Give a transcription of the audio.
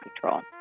control